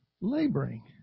laboring